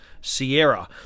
Sierra